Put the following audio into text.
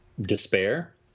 despair